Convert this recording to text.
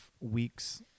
weeks